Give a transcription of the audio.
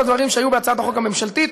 לדברים שהיו בהצעת החוק הממשלתית,